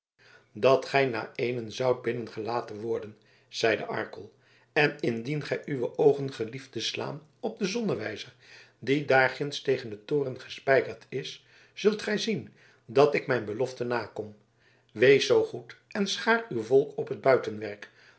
dat gij na éénen zoudt binnengelaten worden zeide arkel en indien gij uwe oogen gelieft te slaan op den zonnewijzer die daarginds tegen den toren gespijkerd is zult gij zien dat ik mijn belofte nakom wees zoo goed en schaar uw volk op het buitenwerk